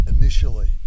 initially